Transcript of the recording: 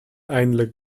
eindelijk